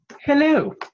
Hello